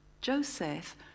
Joseph